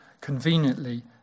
conveniently